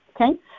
okay